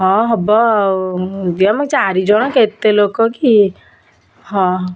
ହଁ ହେବ ଆଉ ଆମେ ଚାରିଜଣ କେତେ ଲୋକକି ହଁ